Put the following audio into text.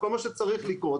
כל מה שצריך לקרות,